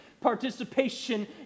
Participation